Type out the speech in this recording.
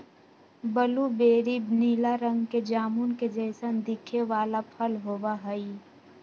blueberry नीला रंग के जामुन के जैसन दिखे वाला फल होबा हई